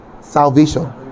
salvation